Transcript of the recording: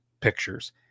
pictures